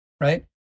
right